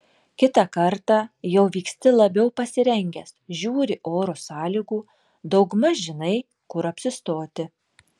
kitą kartą jau vyksti labiau pasirengęs žiūri oro sąlygų daugmaž žinai kur apsistoti